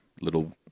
Little